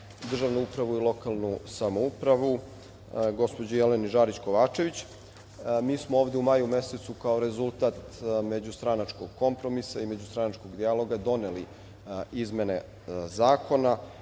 državnu upravu i lokalnu samoupravu gospođi Jeleni Žarić Kovačević. Mi smo ovde u maju mesecu, kao rezultat međustranačkog kompromisa i međustranačkog dijaloga, doneli izmene zakona